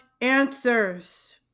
answers